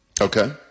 Okay